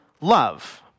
love